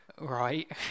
right